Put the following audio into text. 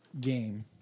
game